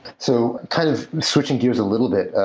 so kind of switching gears a little bit,